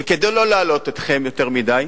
וכדי לא להלאות אתכם יותר מדי,